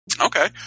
Okay